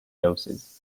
doses